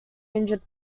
injured